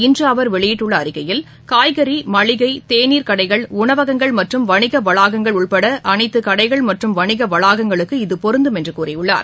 இன்றுஅவர் வெளியிட்டுள்ளஅறிக்கையில் காய்கறி கேனீர் இகதொடர்பாக மளிகை கடைகள் உணவகங்கள் மற்றும் வணிகவளாகங்கள் உட்படஅனைத்துகடைகள் மற்றும் வணிகவளாகங்களுக்கு இது பொருந்தும் என்றுகூறியுள்ளார்